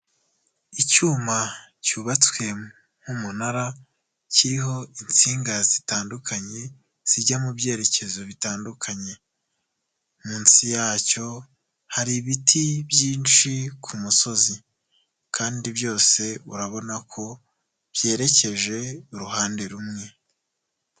Icyuma cyubatswe nk'umunara kiriho insinga zitandukanye, zijya mu byerekezo bitandukanye, munsi yacyo hari ibiti byinshi ku musozi, kandi byose urabona ko byerekeje uruhande rumwe.